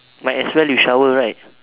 might as well you shower right